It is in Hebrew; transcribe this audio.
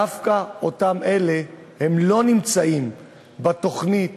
דווקא אלה לא נמצאים בתוכנית